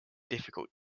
difficult